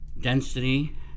density